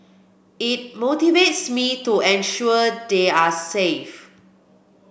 it motivates me to ensure they are safe